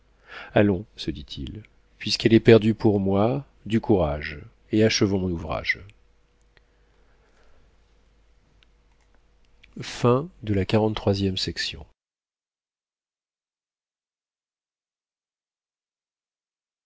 allons se dit-il puisqu'elle est perdue pour moi du courage et achevons mon ouvrage